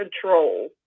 control